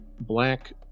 Black